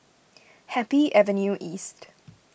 Happy Avenue East